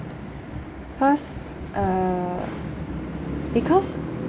plus uh because